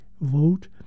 vote